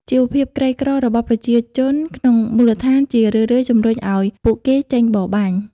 ជីវភាពក្រីក្ររបស់ប្រជាជនក្នុងមូលដ្ឋានជារឿយៗជំរុញឱ្យពួកគេចេញបរបាញ់។